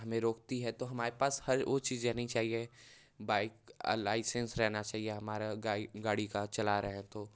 हमें रोकती है तो हमारे पास हर वो चीज़ें नहीं चाहिए बाइक लाइसेंस रहना चाहिए हमारा गाड़ी का चला रहे हैं तो